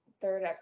third